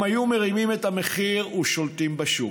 הם היו מרימים את המחיר ושולטים בשוק.